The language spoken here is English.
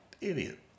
idiot